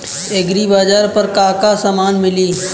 एग्रीबाजार पर का का समान मिली?